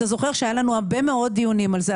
אתה זוכר שהיו לנו הרבה מאוד דיונים על זה.